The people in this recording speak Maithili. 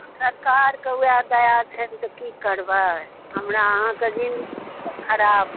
सरकारके उएह दया छनि तऽ की करबै हमरा अहाँके जिंदगीकेँ खराब